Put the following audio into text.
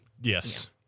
Yes